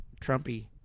Trumpy